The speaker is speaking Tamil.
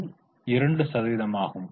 2 சதவீதமாகும்